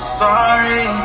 sorry